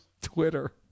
Twitter